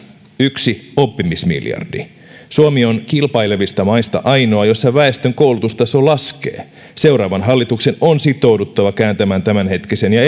yksi oppimismiljardi suomi on kilpailevista maista ainoa jossa väestön koulutustaso laskee seuraavan hallituksen on sitouduttava kääntämään tämänhetkisen ja